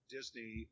Disney